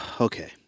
Okay